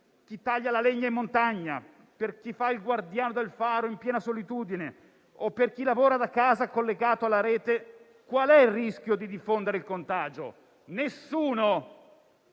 chi taglia la legna in montagna, a chi fa il guardiano del faro in piena solitudine o a chi lavora da casa collegato alla rete? Qual è il rischio di diffondere il contagio? Nessuno.